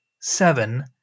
seven